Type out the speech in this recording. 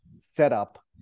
setup